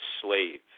slave